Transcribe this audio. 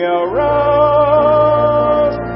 arose